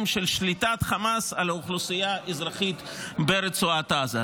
של שליטת חמאס על האוכלוסייה האזרחית ברצועת עזה.